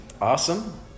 Awesome